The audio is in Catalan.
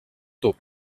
tub